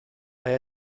mae